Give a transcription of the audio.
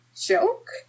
joke